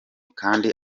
kandi